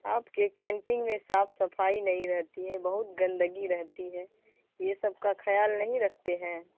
آپ کے کینٹین میں صاف صفائی نہیں رہتی ہے بہت گندگی رہتی ہے یہ سب کا خیال نہیں رکھتے ہیں